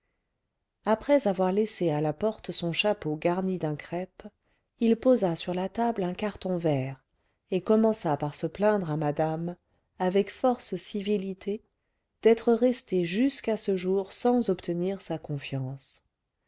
après avoir laissé à la porte son chapeau garni d'un crêpe il posa sur la table un carton vert et commença par se plaindre à madame avec force civilités d'être resté jusqu'à ce jour sans obtenir sa confiance